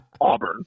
Auburn